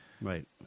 Right